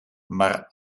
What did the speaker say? maar